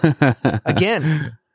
Again